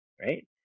right